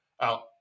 out